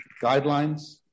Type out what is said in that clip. guidelines